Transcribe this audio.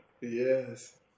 yes